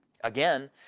Again